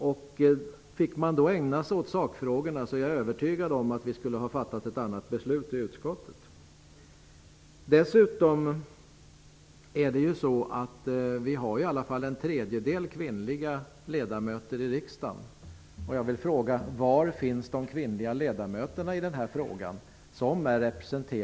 Om vi hade fått ägna oss åt sakfrågorna är jag övertygad om att vi skulle ha kommit fram till en annan slutsats i utskottet. Dessutom är ju i alla fall en tredjedel av ledamöterna i riksdagen kvinnor. Jag vill fråga: Var finns de kvinnliga ledamöterna i alla partier i den här frågan?